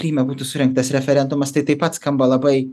kryme būtų surengtas referendumas tai taip pat skamba labai